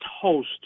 host